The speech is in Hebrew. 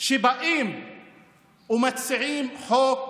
כשבאים ומציעים חוק כזה,